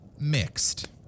mixed